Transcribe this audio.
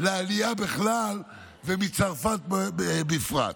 לעלייה בכלל ומצרפת בפרט.